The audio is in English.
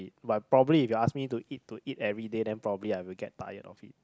but probably if you ask me to eat to eat everyday then probably I will get tired of it